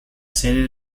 sede